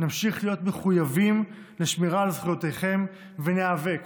נמשיך להיות מחויבים לשמירה על זכויותיכם וניאבק